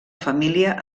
família